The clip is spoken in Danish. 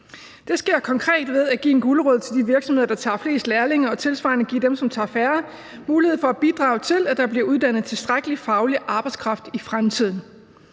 Det sker konkret ved at give en gulerod til de virksomheder, der tager flest lærlinge, og tilsvarende give dem, som tager færre, mulighed for at bidrage til, at der bliver uddannet tilstrækkeligt faglig arbejdskraft i fremtiden.